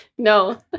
No